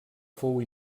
fou